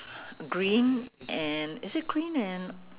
green and is it green and